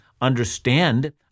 understand